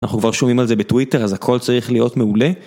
אנחנו כבר שומעים על זה בטוויטר אז הכל צריך להיות מעולה.